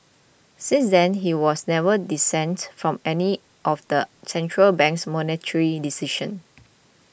since then he has never dissented from any of the central bank's monetary decisions